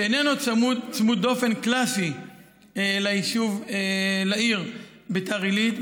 שאיננו צמוד דופן קלאסי לעיר ביתר עילית,